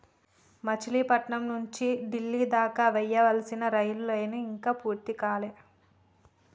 మచిలీపట్నం నుంచి డిల్లీ దాకా వేయాల్సిన రైలు లైను ఇంకా పూర్తి కాలే